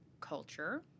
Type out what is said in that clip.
culture